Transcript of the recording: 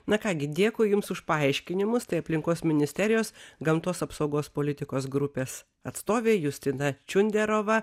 na ką gi dėkui jums už paaiškinimus tai aplinkos ministerijos gamtos apsaugos politikos grupės atstovė justina čiunderova